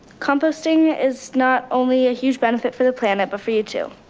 composting is not only a huge benefit for the planet but for you too.